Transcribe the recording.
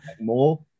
more